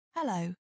Hello